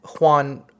Juan